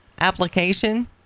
Application